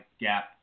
gap